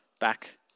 back